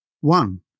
One